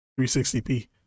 360p